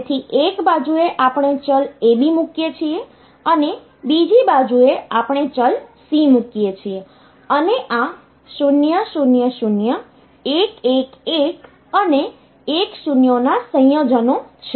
તેથી એક બાજુએ આપણે ચલ AB મૂકીએ છીએ અને બીજી બાજુએ આપણે ચલ C મૂકીએ છીએ અને આ 0 0 0 1 1 1 અને 1 0 ના સંયોજનો છે